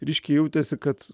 ryškiai jautėsi kad